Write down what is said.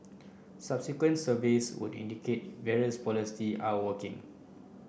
subsequent surveys would indicate various policies are working